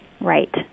Right